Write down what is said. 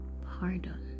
pardon